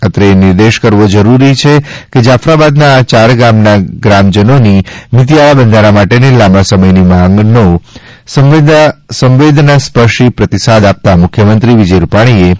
અત્રે એ નિર્દેશ કરવો જરૂરી છે કે જાફરાબાદના આ ચાર ગામના ગ્રામજનોની મિતીયાળા બંધારા માટેની લાંબા સમયની માગનો સંવેદનાસ્પર્શી પ્રતિસાદ આપતા મુખ્યમંત્રી વિજય રૂપાણીએ રૂ